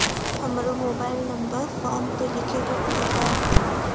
हमरो mobile number forum पर लिखे के पड़ी का?